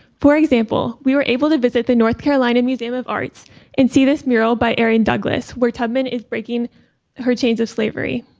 for example, we were able to visit the north carolina museum of arts and see this mural by aaron douglas where tubman is breaking her chains of slavery.